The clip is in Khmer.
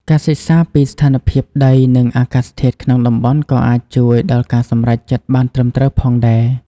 ការសិក្សាពីស្ថានភាពដីនិងអាកាសធាតុក្នុងតំបន់ក៏អាចជួយដល់ការសម្រេចចិត្តបានត្រឹមត្រូវផងដែរ។